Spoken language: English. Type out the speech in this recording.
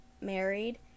married